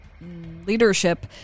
leadership